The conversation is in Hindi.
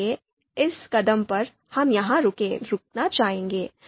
इसलिए इस कदम पर हम यहां रुकना चाहेंगे